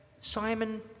Simon